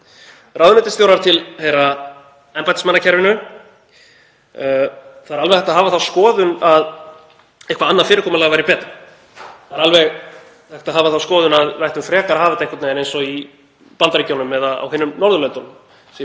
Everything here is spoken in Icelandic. Ráðuneytisstjórar tilheyra embættismannakerfinu. Það er alveg hægt að hafa þá skoðun að eitthvert annað fyrirkomulag væri betra. Það er alveg hægt að hafa þá skoðun að við ættum frekar að hafa það einhvern veginn eins og í Bandaríkjunum eða á hinum Norðurlöndunum,